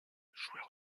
joueur